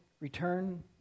return